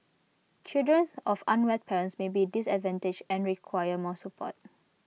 children of unwed parents may be disadvantaged and require more support